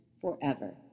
forever